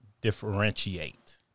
differentiate